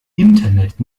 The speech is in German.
internet